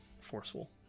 forceful